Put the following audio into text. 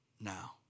now